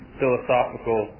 philosophical